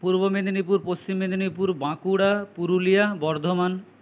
পূর্ব মেদিনীপুর পশ্চিম মেদিনীপুর বাঁকুড়া পুরুলিয়া বর্ধমান